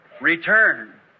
Return